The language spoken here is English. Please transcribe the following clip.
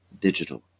digital